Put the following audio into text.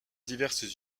diverses